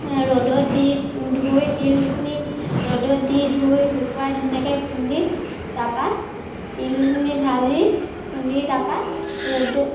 ৰ'দত দি ধুই তিলখিনি ৰ'দত দি ধুই শুকুৱাই ধুনীয়াকৈ খুন্দি তাৰপৰা তিলখিনি ভাজি খুন্দি তাৰপৰা ৰ'দত